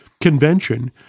Convention